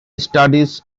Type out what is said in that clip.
studies